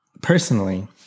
Personally